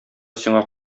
сиңа